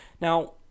Now